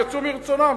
הם יצאו מרצונם,